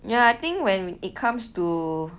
ya I think when it comes to